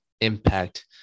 impact